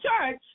church